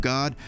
God